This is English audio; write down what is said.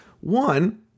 One